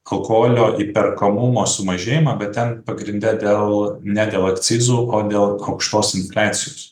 alkoholio įperkamumo sumažėjimą bet ten pagrinde dėl ne dėl akcizų o dėl aukštos infliacijos